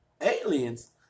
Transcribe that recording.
aliens